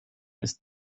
ist